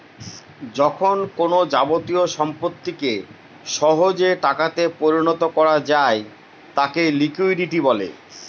যখন কোনো যাবতীয় সম্পত্তিকে সহজে টাকাতে পরিণত করা যায় তাকে লিকুইডিটি বলে